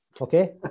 Okay